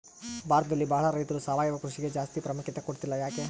ಭಾರತದಲ್ಲಿ ಬಹಳ ರೈತರು ಸಾವಯವ ಕೃಷಿಗೆ ಜಾಸ್ತಿ ಪ್ರಾಮುಖ್ಯತೆ ಕೊಡ್ತಿಲ್ಲ ಯಾಕೆ?